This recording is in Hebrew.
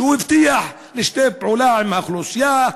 שכן הוא הבטיח לשתף פעולה עם האוכלוסייה,